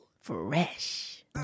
Fresh